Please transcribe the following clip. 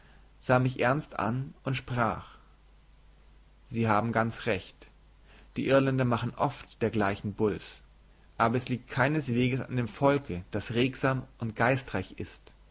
sah mich ernst an und sprach sie haben ganz recht die irländer machen oft dergleichen bulls aber es liegt keinesweges an dem volke das regsam und geistreich ist